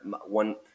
one